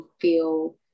feel